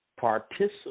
participate